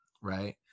right